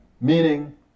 meaning